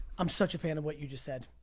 i'm such a fan of what you just said.